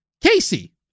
Casey